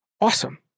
awesome